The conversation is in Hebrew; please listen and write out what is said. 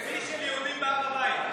שיא של יהודים בהר הבית.